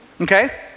Okay